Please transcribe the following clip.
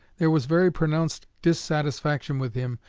there was very pronounced dissatisfaction with him,